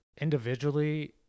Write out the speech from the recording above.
individually –